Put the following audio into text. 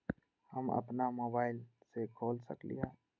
हम अपना मोबाइल से खोल सकली ह?